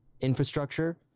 infrastructure